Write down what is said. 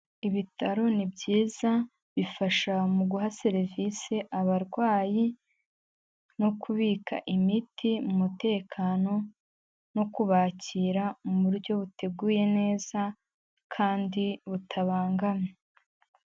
Ibitaro ni byiza bifasha mu guha serivisi abarwayi no kubika imiti mu mutekano no kubakira mu buryo buteguye neza kandi butabangamye.